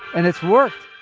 and it's worked